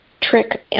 trick